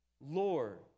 Lord